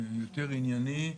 יותר ענייני,